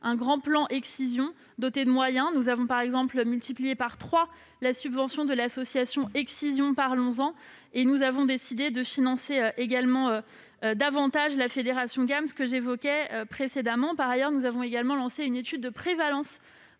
un grand plan contre l'excision, doté de moyens. Nous avons, par exemple, multiplié par trois la subvention de l'association Excision, parlons-en ! et avons décidé de financer davantage la Fédération GAMS que j'évoquais précédemment. Par ailleurs, nous avons également lancé une étude de prévalence